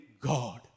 God